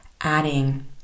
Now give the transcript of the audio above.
adding